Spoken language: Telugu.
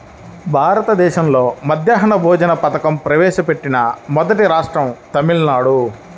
భారతదేశంలో మధ్యాహ్న భోజన పథకం ప్రవేశపెట్టిన మొదటి రాష్ట్రం తమిళనాడు